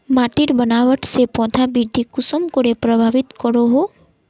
माटिर बनावट से पौधा वृद्धि कुसम करे प्रभावित करो हो?